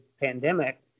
pandemic